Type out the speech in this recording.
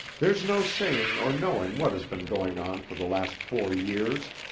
there's no saying or knowing what has been going on for the last four years.